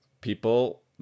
people